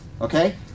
okay